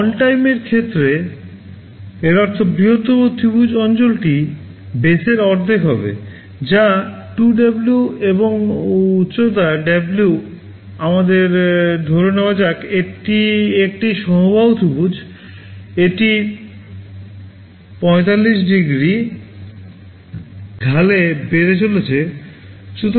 on টাইমের অর্ধেক হবে যা 2W এবং উচ্চতা W আমাদের ধরে নেওয়া যাক এটি একটি সমবাহু ত্রিভুজ এটি 45 ডিগ্রি ঢালে বেড়ে চলেছে